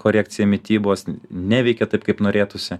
korekcija mitybos neveikia taip kaip norėtųsi